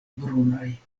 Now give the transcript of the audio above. brunaj